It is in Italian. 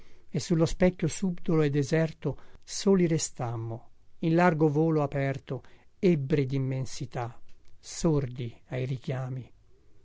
e sullo specchio subdolo e deserto soli restammo in largo volo aperto ebbri dimmensità sordi ai richiami